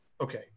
Okay